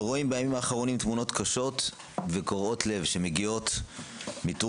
אנחנו רואים בימים האחרונים תמונות קשות וקורעות לב שמגיעות מטורקיה,